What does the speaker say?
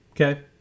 Okay